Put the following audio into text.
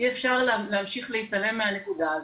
אי אפשר להמשיך להתעלם מהנקודה הזאת,